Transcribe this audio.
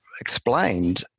explained